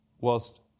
Whilst